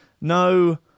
no